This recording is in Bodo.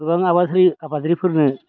गोबां आबादारिफोरनो